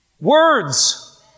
words